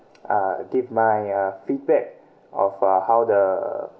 uh give my uh feedback of uh how the